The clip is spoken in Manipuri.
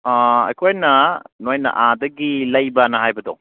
ꯑꯩꯈꯣꯏꯅ ꯅꯈꯣꯏꯅ ꯑꯥꯗꯒꯤ ꯂꯩꯕ ꯍꯥꯏꯅ ꯍꯥꯏꯕꯗꯣ